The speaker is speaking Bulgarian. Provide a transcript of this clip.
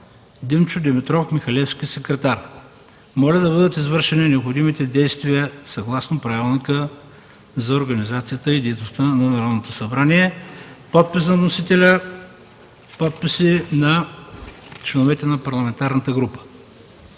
Димчо Димитров Михалевски – секретар. Моля да бъдат извършени необходимите действия съгласно Правилника за организацията и дейността на Народното събрание.” Следват подписи на вносителя и на членовете на парламентарната група.